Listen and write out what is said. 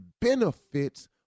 benefits